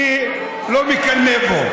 אני לא מקנא בו.